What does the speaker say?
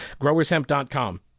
Growershemp.com